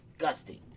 Disgusting